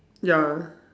ya